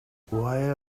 why